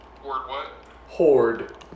Horde